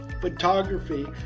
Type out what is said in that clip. photography